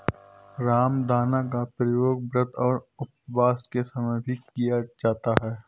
रामदाना का प्रयोग व्रत और उपवास के समय भी किया जाता है